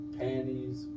panties